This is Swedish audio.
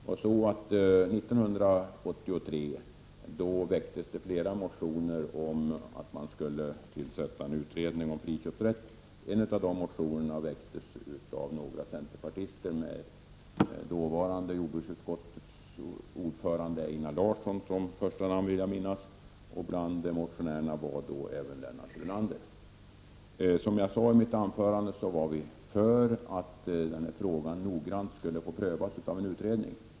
År 1983 väcktes det flera motioner om att det skulle tillsättas en utredning om friköpsrätt. En av de motionerna väcktes av några centerpartister, med jordbruksutskottets dåvarande ordförande Einar Larsson som första namn, vill jag minnas. Bland motionärerna fanns då även Lennart Brunander. Som jag sade i mitt huvudanförande, var vi för att frågan skulle noggrant prövas av en utredning.